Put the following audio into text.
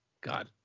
God